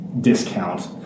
discount